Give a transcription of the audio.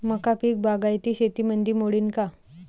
मका पीक बागायती शेतीमंदी मोडीन का?